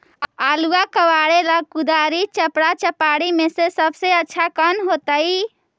आलुआ कबारेला कुदारी, चपरा, चपारी में से सबसे अच्छा कौन होतई?